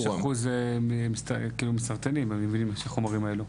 יש אחוז מסרטנים, אם אני מבין, מהחומרים האלו.